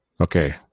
Okay